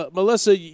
Melissa